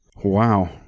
Wow